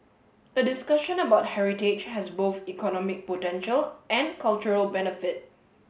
a discussion about heritage has both economic potential and cultural benefit